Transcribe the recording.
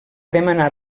demanar